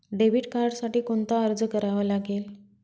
Debit कार्डसाठी कोणता अर्ज करावा लागेल?